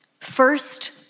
First